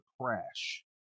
crash